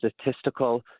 statistical